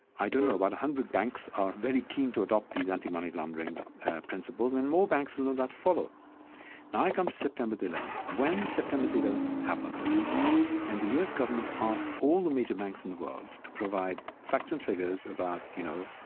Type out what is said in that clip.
i don't know, about one hundred banks are very keen to adopt these anti-money laundering principles, and more banks will, no doubt, follow now i come to september the eleventh. when september the eleventh happened and the u s. government asked all the major banks in the world to provide facts and figures about, you know,